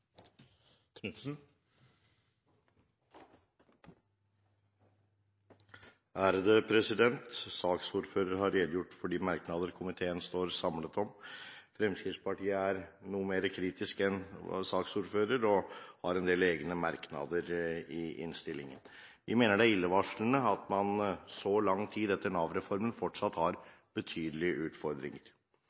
noe mer kritisk enn saksordføreren og har en del egne merknader i innstillingen. Vi mener det er illevarslende at man så lang tid etter Nav-reformen fortsatt har betydelige utfordringer.